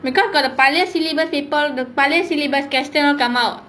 because got the pioneer syllabus people the pioneer syllabus question all come out